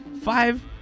Five